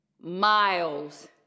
miles